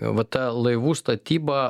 va ta laivų statyba